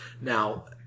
Now